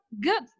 good